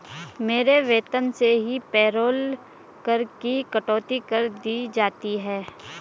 मेरे वेतन से ही पेरोल कर की कटौती कर दी जाती है